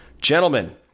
Gentlemen